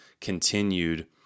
continued